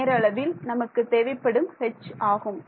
நேர அளவில் நமக்கு தேவைப்படும் H ஆகும்